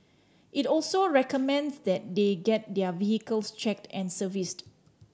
it also recommends that they get their vehicles checked and serviced